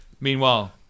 Meanwhile